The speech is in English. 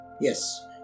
Yes